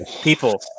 people